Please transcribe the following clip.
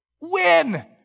Win